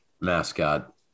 mascot